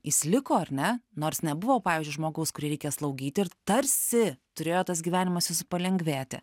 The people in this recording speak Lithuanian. jis liko ar ne nors nebuvo pavyzdžiui žmogaus kurį reikia slaugyti ir tarsi turėjo tas gyvenimas palengvėti